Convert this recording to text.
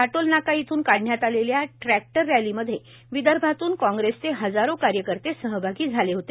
काटोल नाका येथून काढण्यात आलेल्या टॅक्टर रॅली मध्ये विदर्भातून काँग्रेसचे हजारो कार्यकर्ते सहभागी झाले होते